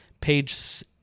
page